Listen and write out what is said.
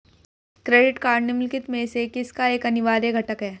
Credit card निम्नलिखित में से किसका एक अनिवार्य घटक है?